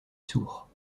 sourds